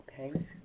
Okay